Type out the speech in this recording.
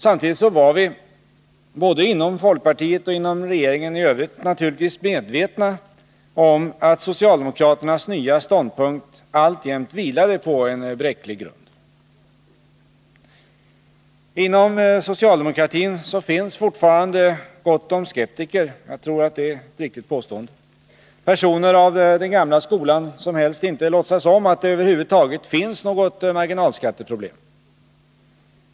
Samtidigt var vi, både inom folkpartiet och inom regeringen i övrigt, naturligtvis medvetna om att socialdemokraternas nya ståndpunkt alltjämt vilade på en bärcklig grund. Inom socialdemokratin finns det fortfarande gott om skeptiker — jag tror att detta är ett riktigt påstående — personer av den gamla skolan som helst inte låtsas om att det över huvud taget finns något marginalskatteproblem.